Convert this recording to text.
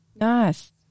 nice